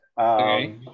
Okay